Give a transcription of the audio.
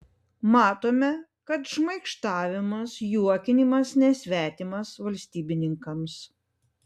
matome kad šmaikštavimas juokinimas nesvetimas valstybininkams